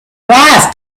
wife